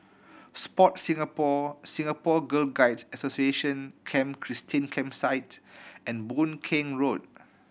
Sport Singapore Singapore Girl Guides Association Camp Christine Campsite and Boon Keng Road